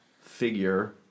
figure